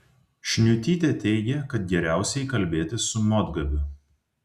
šniutytė teigė kad geriausiai kalbėtis su motgabiu